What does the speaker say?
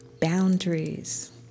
Boundaries